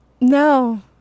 No